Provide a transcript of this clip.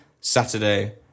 Saturday